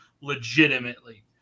legitimately